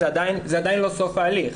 זה עדיין לא סוף ההליך.